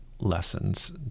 Lessons